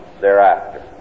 thereafter